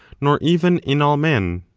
nor even in all men.